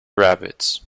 rabbits